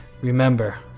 remember